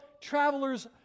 travelers